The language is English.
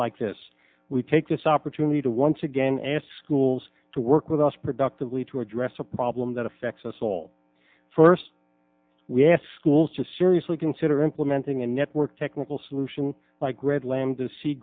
like this we take this opportunity to once again asked schools to work with us productively to address a problem that affects us all first we ask schools to seriously consider implementing a network technical solution like red lamb the se